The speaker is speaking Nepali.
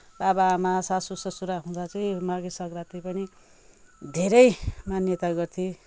बाबा आमा सासू ससुरा हुँदा चाहिँ माघे संक्रान्ति पनि धेरै मान्यता गर्थे